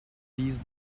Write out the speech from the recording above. these